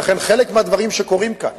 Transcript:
ולכן, חלק מהדברים שקורים כאן,